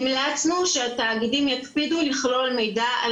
המלצנו שהתאגידים יקפידו לכלול מידע על